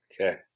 Okay